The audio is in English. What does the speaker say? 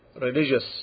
religious